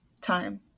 time